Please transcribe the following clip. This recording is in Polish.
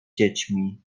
dziećmi